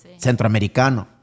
Centroamericano